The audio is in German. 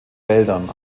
wäldern